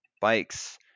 bikes